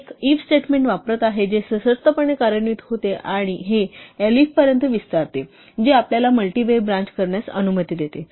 एक if statement वापरत आहे जे सशर्तपणे कार्यान्वित होते आणि हे एलिफपर्यंत विस्तारते जे आपल्याला मल्टि वे ब्रांच करण्यास अनुमती देते